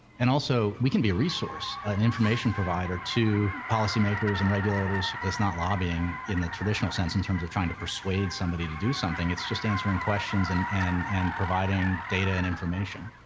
and also, we can be a resource, an information provider to policymakers and regulators. it's not lobbying in the traditional sense, in terms of trying to persuade somebody to do something, it's just answering questions and, and and providing data and information.